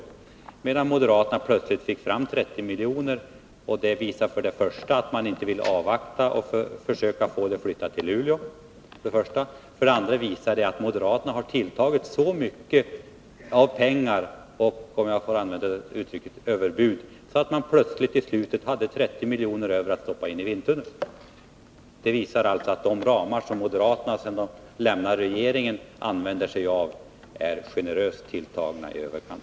Moderaterna fick emellertid plötsligt fram 30 miljoner, och det visar för det första att man inte ville avvakta och försöka få forskningen flyttad till Luleå och för det andra att moderaterna har tagit till så mycket av pengar och — om jag får använda det uttrycket — överbud, att man plötsligt hade 30 miljoner över för att satsa på vindtunneln. Detta visar också att de ramar som moderaterna, sedan de lämnat regeringen, använder är generösa och tilltagna i överkant.